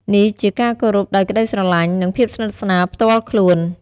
នេះជាការគោរពដោយក្តីស្រឡាញ់ និងភាពស្និទ្ធស្នាលផ្ទាល់ខ្លួន។